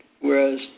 whereas